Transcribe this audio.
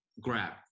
Grab